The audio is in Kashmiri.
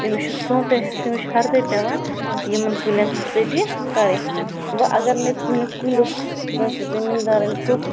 تٔمِس چھُ سونٛتھے تٔمِس چھُ ہَردے پٮ۪وان یِمن کُلٮ۪ن ہنٛز سَبیٖل کَرٕنۍ ؤ اَگر نے کُنہِ کُلِس کٲنٛسہِ زٔمیٖندارَن ہیوٚک